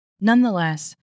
Nonetheless